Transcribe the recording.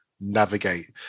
navigate